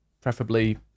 preferably